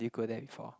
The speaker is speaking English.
did you go there before